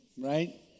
right